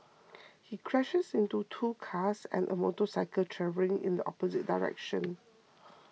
he crashed into two cars and a motorcycle travelling in the opposite direction